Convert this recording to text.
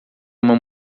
uma